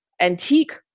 Antique